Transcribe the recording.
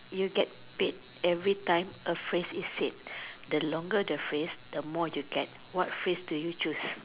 you get paid everytime a phrase is said the longer the phrase the more you get what phrase do you choose